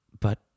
But